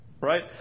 right